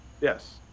Yes